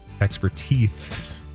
expertise